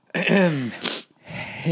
Hey